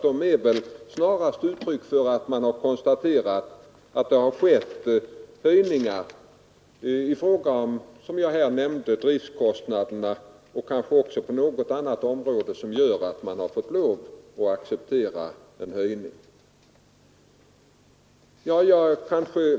De är snarast ett uttryck för att man konstaterat att det har skett höjningar, som jag nämnde, i fråga om driftkostnaderna, och kanske på något annat område, som gör att man fått lov att acceptera en höjning av hyran.